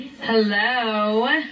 hello